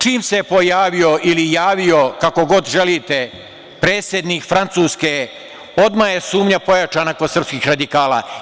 Čim se pojavio ili javio, kako god želite, predsednik Francuske, odmah je sumnja pojačana kod srpskih radikala.